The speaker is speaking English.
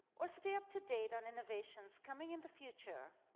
or stay up to date on innovations coming in the future,